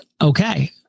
okay